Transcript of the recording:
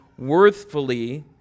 worthfully